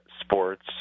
sports